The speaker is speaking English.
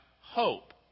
hope